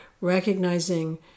recognizing